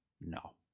No